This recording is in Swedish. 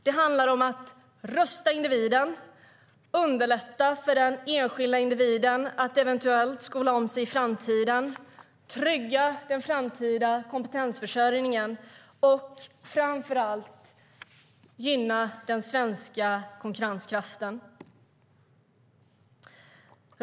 Det handlar om rusta individen, underlätta för den enskilda individen att eventuellt skola om sig i framtiden, trygga den framtida kompetensförsörjningen och framför allt gynna den svenska konkurrenskraften.